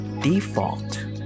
default